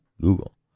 Google